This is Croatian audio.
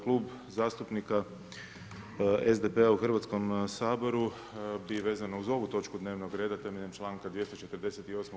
Klub zastupnika SDP-a u Hrvatskom saboru, bi vezano uz ovu točku dnevnog reda temeljem članka 248.